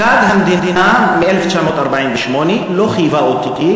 1. המדינה מ-1948 לא חייבה אותי,